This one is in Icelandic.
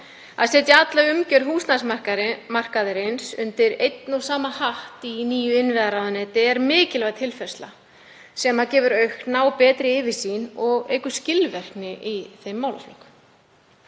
Að setja alla umgjörð húsnæðismarkaðarins undir einn og sama hatt í nýju innviðaráðuneyti er mikilvæg tilfærsla sem gefur aukna og betri yfirsýn og eykur skilvirkni í þeim málaflokki.